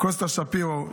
קוסטה שפירו,